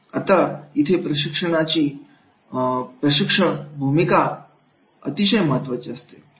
आता इथे प्रशिक्षणाची प्रशिक्षकाची भूमिका अतिशय महत्त्वाची असते